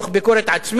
מתוך ביקורת עצמית,